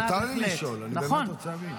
מותר לי לשאול, אני באמת רוצה להבין.